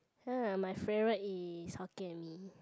ya my favourite is hokkien mee